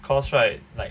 cause right like